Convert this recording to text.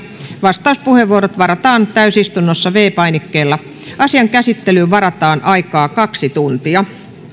vastauspuheenvuorot varataan täysistunnossa viidennellä painikkeella asian käsittelyyn varataan aikaa kaksi tuntia